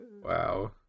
Wow